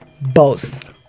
boss